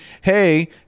hey